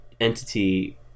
entity